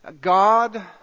God